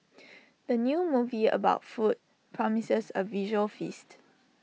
the new movie about food promises A visual feast